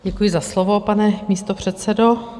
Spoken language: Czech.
Děkuji za slovo, pane místopředsedo.